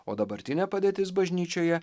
o dabartinė padėtis bažnyčioje